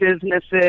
businesses